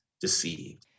deceived